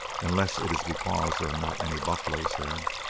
unless it is because there are not any buffaloes there.